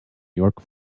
york